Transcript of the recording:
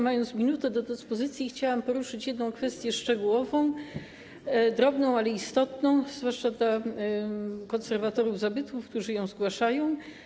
Mając minutę do dyspozycji, chciałam poruszyć jedną kwestię szczegółową, drobną, ale istotną, zwłaszcza dla konserwatorów zabytków, którzy ją zgłaszają.